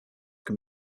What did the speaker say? can